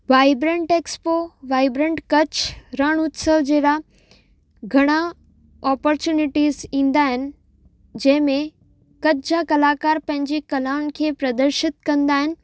vibrant expo vibrant Kutch Rann Utsav जहिड़ा घणा opportunities ईंदा आहिनि जंहिंमें कच्छ जा कलाकार पंहिंजी कलाउंनि खे प्रदर्शित कंदा आहिनि